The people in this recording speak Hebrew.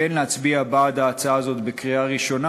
כן להצביע בעד ההצעה הזאת בקריאה ראשונה,